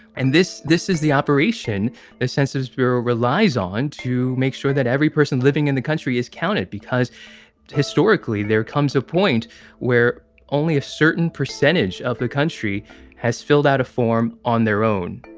and this this is the operation the census bureau relies on to make sure that every person living in the country is counted, because historically there comes a point where only a certain percentage of the country has filled out a form on their own,